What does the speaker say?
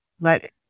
let